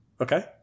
Okay